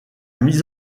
mise